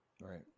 right